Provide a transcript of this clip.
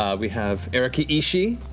um we have erika ishii.